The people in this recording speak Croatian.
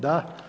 Da.